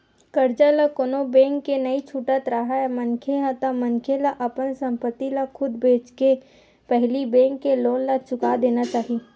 करजा ल कोनो बेंक के नइ छुटत राहय मनखे ह ता मनखे ला अपन संपत्ति ल खुद बेंचके के पहिली बेंक के लोन ला चुका देना चाही